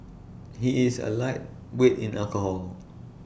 he is A lightweight in alcohol